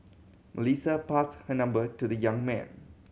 Melissa passed her number to the young man